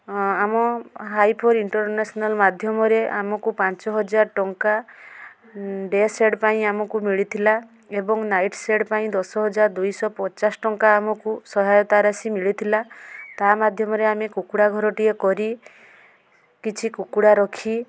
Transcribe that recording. ଆମ Heifer International ମାଧ୍ୟମରେ ଆମକୁ ପାଞ୍ଚ ହଜାର୍ ଟଙ୍କା ଡେ' ସେଡ଼୍ ପାଇଁ ଆମକୁ ମିଳିଥିଲା ଏବଂ ନାଇଟ୍ ସେଡ଼୍ ପାଇଁ ଦଶ ହଜାର ଦୁଇ ଶହ ପଚାଶ ଟଙ୍କା ଆମକୁ ସହାୟତ ରାଶି ମିଳି ଥିଲା ତା' ମାଧ୍ୟମରେ କୁକୁଡ଼ା ଘରଟିଏ କରି କିଛି କୁକୁଡ଼ା ରଖି